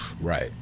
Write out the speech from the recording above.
Right